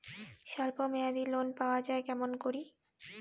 স্বল্প মেয়াদি লোন পাওয়া যায় কেমন করি?